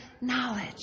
knowledge